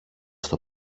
στο